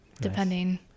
depending